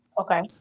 Okay